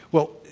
well,